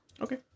Okay